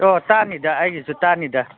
ꯑꯣ ꯇꯥꯅꯤꯗ ꯑꯩꯒꯤꯁꯨ ꯇꯥꯅꯤꯗ